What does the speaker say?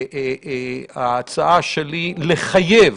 ההצעה שלי לחייב,